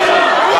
יופי.